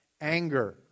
Anger